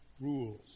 rules